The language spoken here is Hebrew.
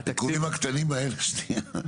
העיכובים הקטנים האלה